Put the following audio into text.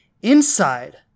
Inside